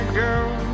girl